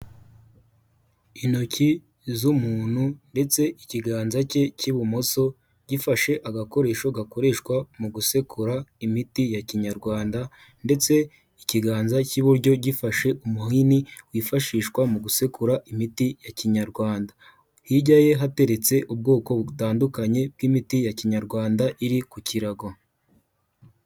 Intoki z'umuntu ndetse ikiganza cye cy'ibumoso gifashe agakoresho gakoreshwa mu gusekura imiti ya kinyarwanda ndetse ikiganza cy'iburyo gifashe umuhini wifashishwa mu gusekura imiti ya kinyarwanda; hirya ye hateretse ubwoko butandukanye bw'imiti ya kinyarwanda iri ku kirago.